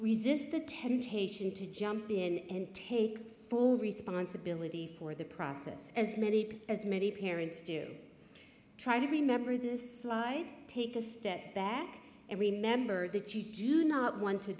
resist the temptation to jump in and take full responsibility for the process as many as many parents do try to remember this slide take a step back and remember that you do not want to